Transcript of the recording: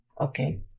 Okay